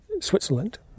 Switzerland